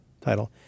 title